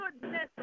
goodness